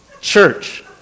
Church